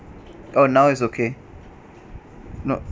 oh now is okay no